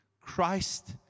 Christ